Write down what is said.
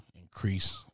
increase